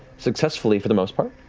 successfully for the most part.